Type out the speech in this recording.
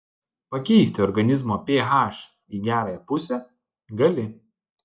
pakeisti organizmo ph į gerąją pusę gali